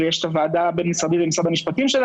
ויש הוועדה הבין-משרדית במשרד המשפטים.